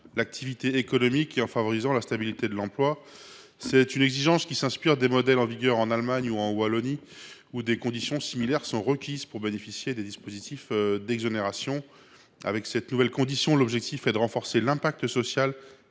l’activité économique et en favorisant la stabilité de l’emploi. Cette exigence s’inspire des modèles en vigueur en Allemagne ou en Wallonie, où des conditions similaires sont requises pour bénéficier des dispositifs d’exonération. Avec cette nouvelle condition, l’objectif est de renforcer l’impact social